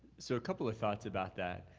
so, a couple of thoughts about that.